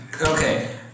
okay